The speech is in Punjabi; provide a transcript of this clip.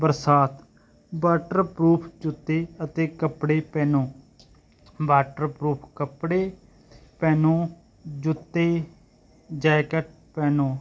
ਬਰਸਾਤ ਵਾਟਰਪਰੂਫ ਜੁੱਤੀ ਅਤੇ ਕੱਪੜੇ ਪਹਿਨੋ ਵਾਟਰਪਰੂਫ ਕੱਪੜੇ ਪਹਿਨੋ ਜੁੱਤੀ ਜੈਕੇਟ ਪਹਿਨੋ